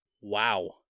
Wow